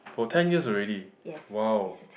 for ten years already wow